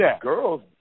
girls